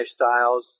lifestyles